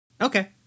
Okay